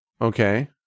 Okay